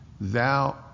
Thou